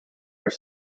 are